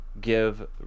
give